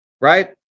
right